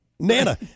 Nana